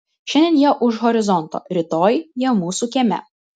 šiandien jie už horizonto rytoj jie mūsų kieme